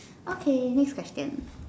okay next question